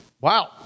wow